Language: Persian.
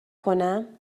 کنم